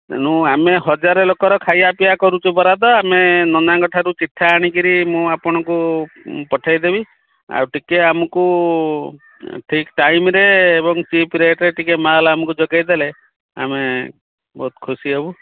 ତେଣୁ ଆମେ ହଜାର ଲୋକର ଖାଇବା ପିଇବା କରୁଛୁ ବରାଦ ଆମେ ନନାଙ୍କ ଠାରୁ ଚିଠା ଆଣିକରି ମୁଁ ଆପଣଙ୍କୁ ପଠାଇଦେବି ଆଉ ଟିକେ ଆମକୁ ଠିକ ଟାଇମରେ ଏବଂ ଚିପ୍ ରେଟରେ ଟିକେ ମାଲ ଆମକୁ ଯୋଗାଇ ଦେଲେ ଆମେ ବହୁତ ଖୁସି ହେବୁ